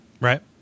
Right